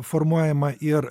formuojama ir